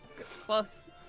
close